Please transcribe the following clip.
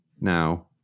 now